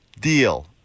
deal